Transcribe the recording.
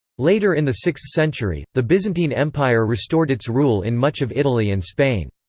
later in the sixth century, the byzantine empire restored its rule in much of italy and spain.